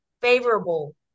favorable